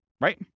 Right